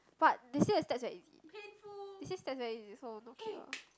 but they say stats very easy they say stats very easy so no kick ah